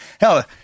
hell